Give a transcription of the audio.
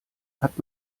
hat